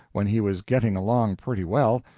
when he was getting along pretty well,